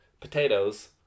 Potatoes